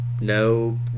No